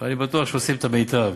אני בטוח שעושים את המיטב,